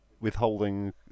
withholding